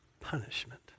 punishment